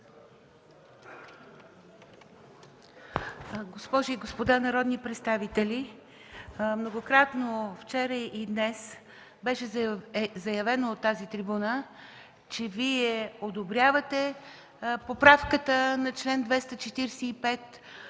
Госпожи и господа народни представители! Многократно вчера и днес беше заявено от тази трибуна, че Вие одобрявате поправката на чл. 245,